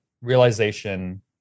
realization